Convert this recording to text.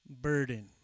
burden